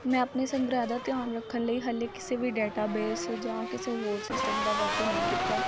ਮੈਂ ਆਪਣੇ ਸੰਗ੍ਰਹਿ ਦਾ ਧਿਆਨ ਰੱਖਣ ਲਈ ਹਜੇ ਕਿਸੇ ਵੀ ਡਾਟਾਬੇਸ ਜਾਂ ਕਿਸੇ ਹੋਰ ਸਿਸਟਮ ਦਾ ਵਰਤੋਂ ਨਹੀਂ ਕੀਤਾ